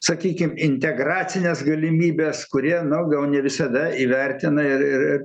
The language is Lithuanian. sakykim integracines galimybes kurie nu gal ne visada įvertina ir ir ir